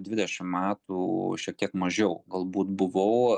dvidešim metų šiek tiek mažiau galbūt buvau